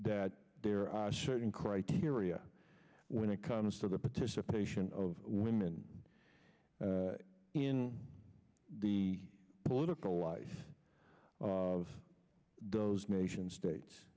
that there are certain criteria when it comes to the participation of women in the political life of those nation states